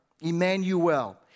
Emmanuel